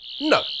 No